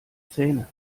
zähne